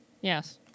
Yes